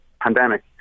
pandemic